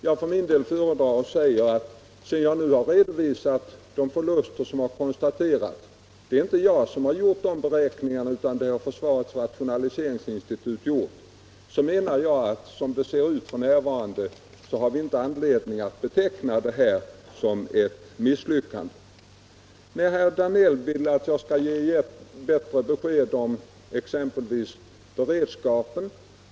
Jag för min del föredrar att säga: Sedan jag nu har redovisat de förluster som har konstaterats — och det är inte jag som har gjort de beräkningarna, utan de har gjorts av försvarets rationaliseringsinstitut — har vi, menar jag, som det hela ser ut f.n. inte anledning att beteckna det här som ett misslyckande. Herr Danell vill att jag skall ge bättre besked om exempelvis beredskapen.